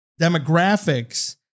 demographics